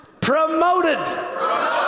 promoted